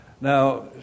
Now